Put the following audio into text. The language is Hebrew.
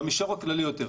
במישור הכללי יותר,